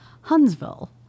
Huntsville